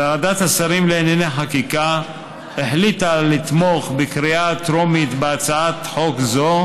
ועדת השרים לענייני חקיקה החליטה לתמוך בקריאה הטרומית בהצעת חוק זו,